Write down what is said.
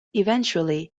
eventually